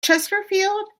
chesterfield